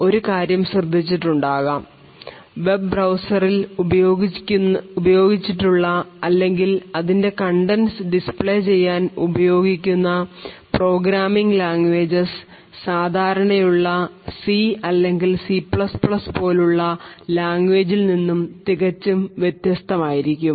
നിങ്ങൾ ഒരു കാര്യം ശ്രദ്ധിച്ചിട്ടുണ്ടാകാം വെബ് ബ്രൌസറിൽ ഉപയോഗിച്ചിട്ടുള്ള അല്ലെങ്കിൽ അതിൻറെ കണ്ടൻസ് ഡിസ്പ്ലേ ചെയ്യാൻ ഉപയോഗിക്കുന്ന പ്രോഗ്രാമിങ് ലാംഗ്വേജസ് സാധാരണയുള്ള C അല്ലെങ്കിൽ C പോലുള്ള ലാംഗ്വേജ് ൽ നിന്നും തികച്ചും വ്യത്യസ്തമായിരിക്കും